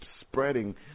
spreading